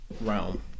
realm